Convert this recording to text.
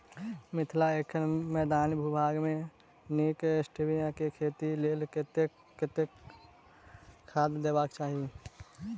मिथिला एखन मैदानी भूभाग मे नीक स्टीबिया केँ खेती केँ लेल कतेक कतेक खाद देबाक चाहि?